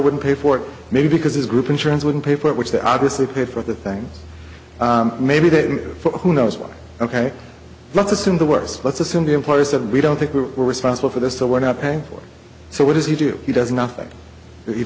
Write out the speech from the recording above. wouldn't pay for it maybe because his group insurance wouldn't pay for it which they obviously paid for the things maybe they for who knows what ok let's assume the worst let's assume the employer said we don't think we're responsible for this so we're not paying for it so what does he do he does nothing he